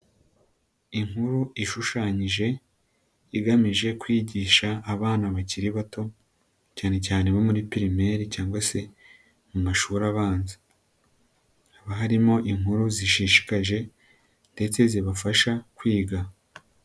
Inkuru ishushanyije igamije kwigisha abana bakiri bato cyane cyane bo muri Primaire cyangwa se mu mashuri abanza. Haba harimo inkuru zishishikaje ndetse zibafasha kwiga.